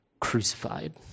crucified